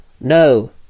No